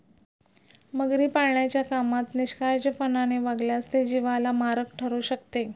मगरी पाळण्याच्या कामात निष्काळजीपणाने वागल्यास ते जीवाला मारक ठरू शकते